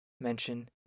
mention